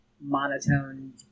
monotone